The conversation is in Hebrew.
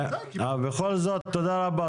בכל זאת תודה רבה,